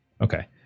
Okay